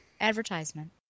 advertisement